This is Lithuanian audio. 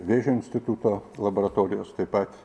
vėžio instituto laboratorijos taip pat